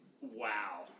Wow